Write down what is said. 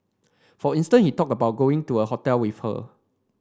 for instance he talked about going to a hotel with her